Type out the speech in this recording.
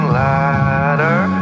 ladder